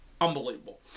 unbelievable